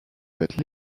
but